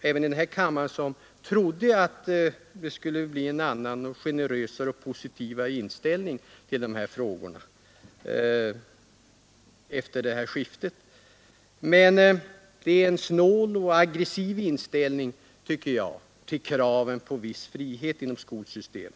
även i den här kammaren som trodde att det skulle bli en annan och generösare och positivare inställning till de här frågorna efter skiftet på utbildningsministerposten. Men det är en snål och aggressiv inställning, tycker jag, till kraven på viss frihet inom skolsystemet.